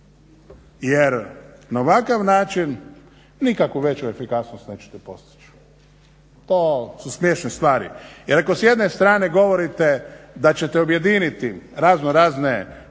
Jer na ovakav način nikakvu veću efikasnost nećete postići. To su smiješne stvari. Jer ako s jedne strane govorite da ćete objediniti razno razne poslove